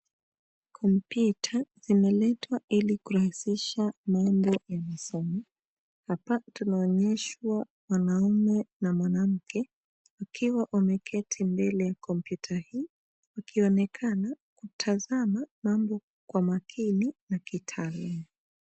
Kumpyuta zimeletwa ili kurahisisha mambo ya masomo, hapa tunaonyeshwa mwanaume na mwanamke wakiwa wameketi mbele ya kompyuta hii wakinekana kutazama mambo kwa makini na kitaalamu.